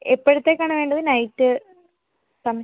എപ്പഴത്തേക്കാണ് വേണ്ടത് നൈറ്റ് സമയം